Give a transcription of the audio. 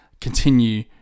continue